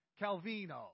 Calvino